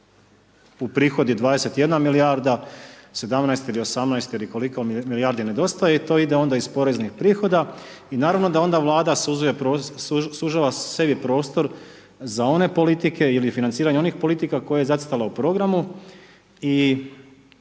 uprihodi 21 milijarda, 17 ili 18 ili koliko milijardi nedostaje, i to ide onda iz poreznih prihoda, i naravno da onda Vlada sužava sebi prostor za one politike ili financiranje onih politika koje je zacrtala u programu, i